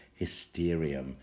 Hysterium